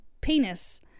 penis